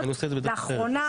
לאחרונה,